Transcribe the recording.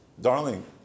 Darling